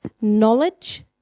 knowledge